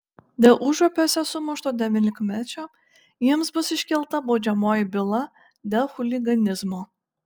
dėl užupiuose sumušto devyniolikmečio jiems bus iškelta baudžiamoji byla dėl chuliganizmo